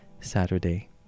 saturday